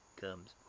comes